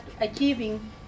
achieving